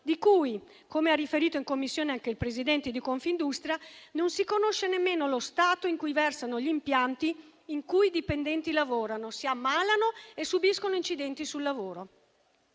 di cui - come ha riferito in Commissione anche il presidente di Confindustria - non si conosce nemmeno lo Stato in cui versano gli impianti in cui i dipendenti lavorano, si ammalano e subiscono incidenti sul lavoro;